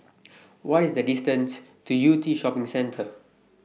What IS The distance to Yew Tee Shopping Centre